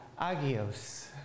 agios